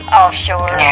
offshore